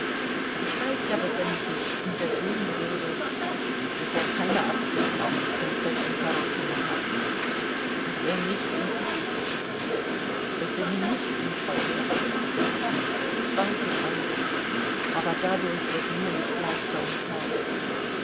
ich weiß ja daß er mich nicht hintergehen würde daß er keine absichten auf die prinzessin sorokina hat daß er nicht in kitty verliebt ist daß er mir nicht untreu werden wird das weiß ich alles aber dadurch wird mir nicht leichter ums herz